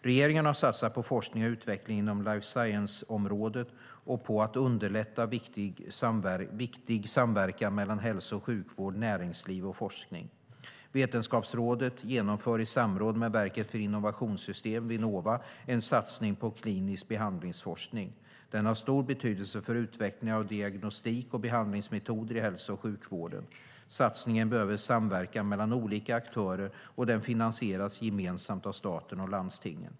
Regeringen har satsat på forskning och utveckling inom life science-området och på att underlätta viktig samverkan mellan hälso och sjukvård, näringsliv och forskning. Vetenskapsrådet genomför i samråd med Verket för innovationssystem, Vinnova, en satsning på klinisk behandlingsforskning. Den har stor betydelse för utveckling av diagnostik och behandlingsmetoder i hälso och sjukvården. Satsningen kräver samverkan mellan olika aktörer, och den finansieras gemensamt av staten och landstingen.